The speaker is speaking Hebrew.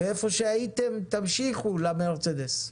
ואיפה שהייתם תמשיכו למרצדס.